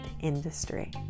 industry